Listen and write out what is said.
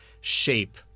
shape